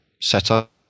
setup